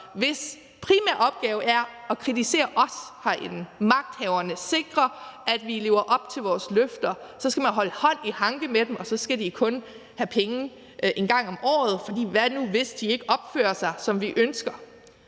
hvis primære opgave er at kritisere os herinde, magthaverne, og sikre, at vi lever op til vores løfter, skal sørge for, at de kun skal have penge en gang om året, for hvad nu, hvis de ikke opfører sig, som vi ønsker.